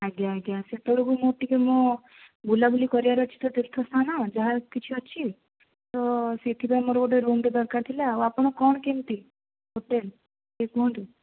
ଆଜ୍ଞା ଆଜ୍ଞା ସେତବେଳକୁ ମୁଁ ଟିକିଏ ମୋ ବୁଲା ବୁଲି କରିବାର ଅଛି ତ ତୀର୍ଥସ୍ଥାନ ଯାହାକିଛି ଅଛି ତ ସେଥିପାଇଁ ମୋର ଗୋଟେ ରୁମ୍ଟେ ଦରକାର ଥିଲା ଆଉ ଆପଣ କ'ଣ କେମିତି ହୋଟେଲ ଟିକିଏ କୁହନ୍ତୁ